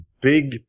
big